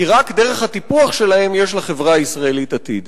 כי רק דרך הטיפוח שלהם יש לחברה הישראלית עתיד.